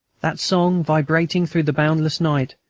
that song, vibrating through the boundless night,